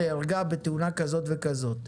נהרגה בתאונה כזאת וכזאת",